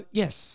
yes